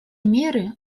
меры